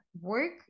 work